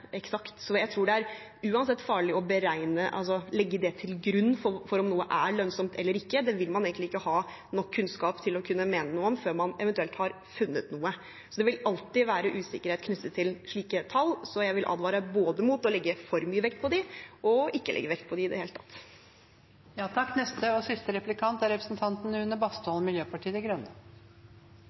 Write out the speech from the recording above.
eksakt, så jeg tror uansett det er farlig å legge det til grunn for om noe er lønnsomt eller ikke. Det vil man egentlig ikke ha nok kunnskap til å kunne mene noe om før man eventuelt har funnet noe. Det vil alltid være usikkerhet knyttet til slike tall, så jeg vil advare både mot å legge for mye vekt på dem og ikke å legge vekt på dem i det hele tatt. Jeg merker meg at fra både statsråden og store deler av Stortinget er